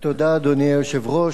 אדוני היושב-ראש,